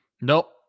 Nope